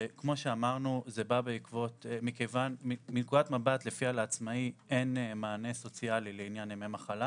כמו שאמרנו מנקודת מבט לפיה לעצמאי אין מענה סוציאלי לעניין ימי מחלה,